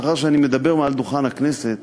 מאחר שאני מדבר מעל דוכן הכנסת